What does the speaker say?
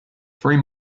three